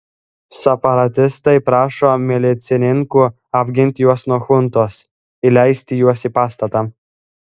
separatistai prašo milicininkų apginti juos nuo chuntos įleisti juos į pastatą